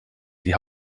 die